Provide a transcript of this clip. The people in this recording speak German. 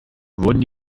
wurden